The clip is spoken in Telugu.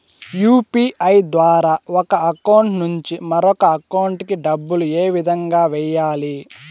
యు.పి.ఐ ద్వారా ఒక అకౌంట్ నుంచి మరొక అకౌంట్ కి డబ్బులు ఏ విధంగా వెయ్యాలి